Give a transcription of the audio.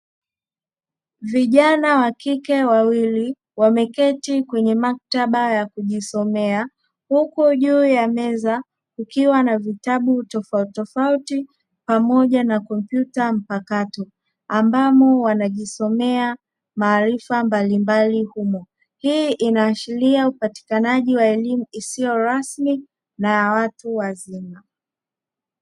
Vijana wakike wawili wameketi kwenye maktaba ya kujisomea, huku juu ya meza kukiwa na vitabu tofautitofauti pamoja na kompyuta mpakato ambamo wanajisomea maarifa mbalimbali humo, hii inaashiria upatikanaji wa elimu isiyo rasmi na watu wazima.